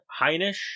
Heinisch